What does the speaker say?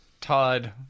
Todd—